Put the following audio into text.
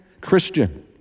Christian